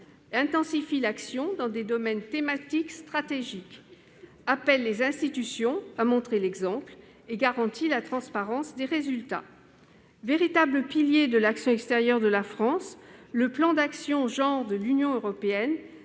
Il intensifie l'action dans des domaines thématiques stratégiques. Il appelle les institutions à montrer l'exemple et garantit la transparence des résultats. Véritable pilier de l'action extérieure de la France, le plan d'action Genre de l'Union européenne